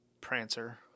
Prancer